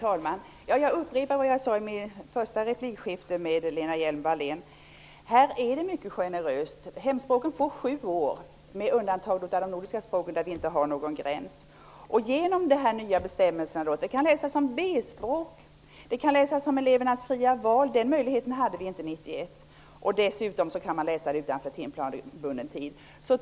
Herr talman! Jag upprepar vad jag sade i min första replik till Lena Hjelm-Wallén: Här är det mycket generöst. Hemspråken -- med undantag av de nordiska språken, där vi inte har någon gräns -- får sju år. Genom de nya bestämmelserna kan de läsas som B-språk, som elevernas fria val, den möjligheten fanns inte 1991, och dessutom kan man läsa dem utanför timplanebunden tid.